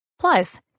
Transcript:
Plus